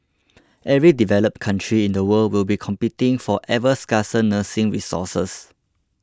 every developed country in the world will be competing for ever scarcer nursing resources